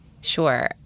Sure